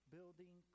Building